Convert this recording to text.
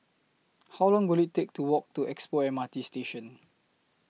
How Long Will IT Take to Walk to Expo M R T Station